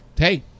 Hey